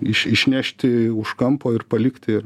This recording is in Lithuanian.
iš išnešti už kampo ir palikti ir